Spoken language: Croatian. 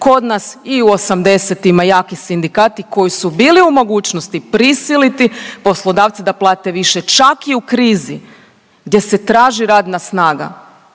kod nas i u osamdesetima jaki sindikati koji su bili u mogućnosti prisiliti poslodavca da plate više, čak i u krizi gdje se traži radna snaga.